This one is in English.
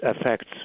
affects